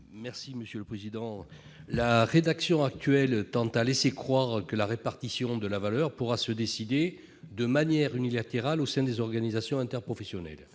est à M. Claude Bérit-Débat. La rédaction actuelle tend à laisser croire que la répartition de la valeur pourra se décider de manière unilatérale au sein des organisations interprofessionnelles.